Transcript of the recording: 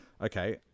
okay